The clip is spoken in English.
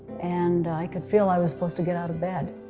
and i could feel i was supposed to get out of bed.